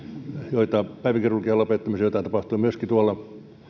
joita päiväkirurgian lopettamisen myötä aiheutuu myöskin